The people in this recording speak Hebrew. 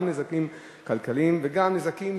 גם נזקים כלכליים וגם נזקים,